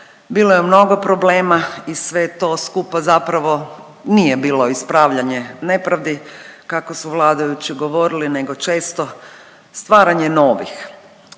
bilo je mnogo problema i sve to skupa zapravo nije bilo ispravljanje nepravdi kako su vladajući govorili nego često stvaranje novih.